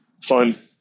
fun